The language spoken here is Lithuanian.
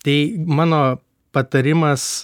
tai mano patarimas